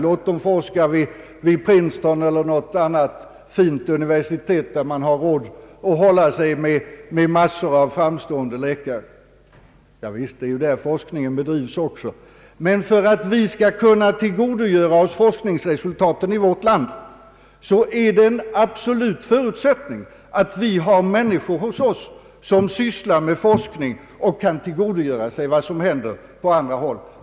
Låt dem forska vid Princeton eller något annat fint universitet, där de har råd att hålla sig med framstående läkare! Javisst, det är där forskningen bedrivs, men för att vi skall kunna tillgodogöra oss forskningsresultaten i vårt land är det en absolut förutsättning att vi har människor hos oss som sysslar med forskning och kan tillgodogöra sig vad som händer på andra håll.